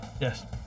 Yes